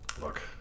Look